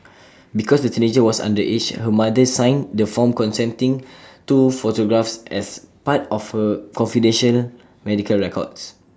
because the teenager was underage her mother signed the form consenting to photographs as part of her confidential medical records